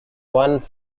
one